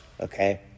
okay